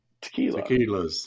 tequila